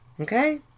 Okay